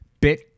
Bit